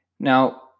Now